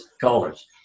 colors